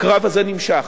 הקרב הזה נמשך,